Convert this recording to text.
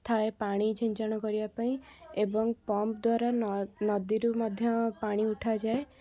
ଥାଏ ପାଣି ଛିଞ୍ଚନ କରିବାପାଇଁ ଏବଂ ପମ୍ପ ଦ୍ଵାରା ନ ନଦୀରୁ ମଧ୍ୟ ପାଣି ଉଠାଯାଏ